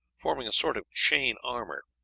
forming a sort of chain armour,